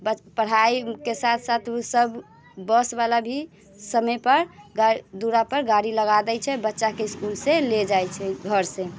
बस पढ़ाइके साथ साथ ओसभ बसवला भी समयपर गा दूरापर गाड़ी लगा दैत छै बच्चाके इस्कुलसँ लऽ जाइ छै घरसँ